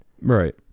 right